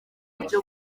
buryo